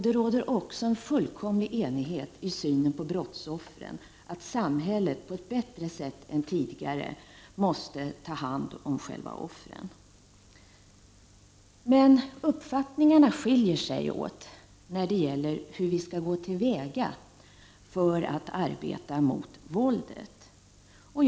Det råder också en fullkomlig enighet när det gäller synen på brottsoffren, nämligen att samhället på ett bättre sätt än tidigare måste ta hand om själva offren. Uppfattningarna skiljer sig emellertid åt när det gäller hur vi skall gå till väga för att arbeta mot våldet.